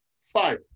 Five